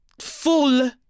full